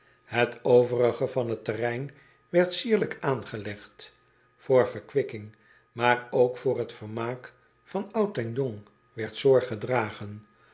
het overige van het terrein werd sierlijk aangelegd oor verkwikking maar ook voor t vermaak van oud en jong werd zorg gedragen